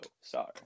Sorry